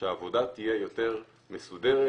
שהעבודה תהיה יותר מסודרת.